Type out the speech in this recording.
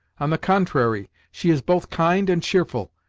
on the contrary, she is both kind and cheerful.